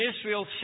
Israel